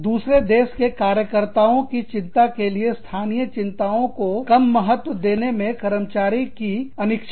दूसरे देश के कार्यकर्ताओं की चिंता के लिए स्थानीय चिंताओं को कम महत्व देने में कर्मचारी की अनिच्छा